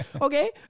okay